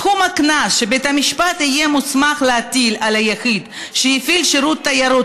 סכום הקנס שבית המשפט יהיה מוסמך להטיל על יחיד שהפעיל שירות תיירות